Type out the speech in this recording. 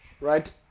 Right